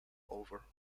over